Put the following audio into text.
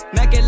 Mac